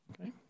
Okay